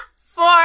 Four